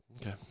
okay